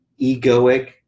egoic